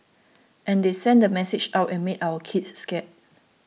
and they send the message out and make our kids scared